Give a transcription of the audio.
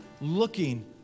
looking